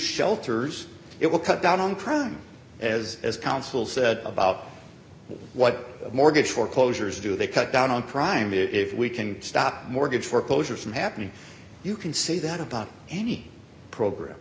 shelters it will cut down on crime as as counsel said about what mortgage foreclosures do they cut down on crime if we can stop mortgage foreclosures from happening you can say that about any program